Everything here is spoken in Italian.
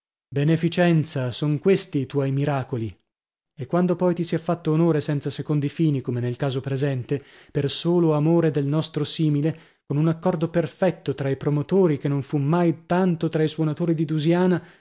beneficenza son questi i tuoi miracoli e quando poi ti si è fatto onore senza secondi fini come nel caso presente per solo amore del nostro simile con un accordo perfetto tra i promotori che non ne fu mai tanto tra i suonatori di dusiana